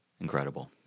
Incredible